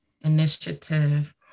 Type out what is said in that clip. Initiative